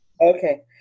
Okay